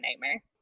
nightmare